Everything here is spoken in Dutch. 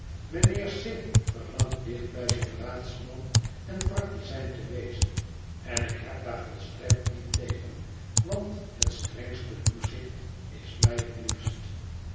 mijnheer c verlangt dicht bij zijn raadsman en praktizijn te wezen en ik heb daar volstrekt niet tegen want het strengste toezicht is mij het liefst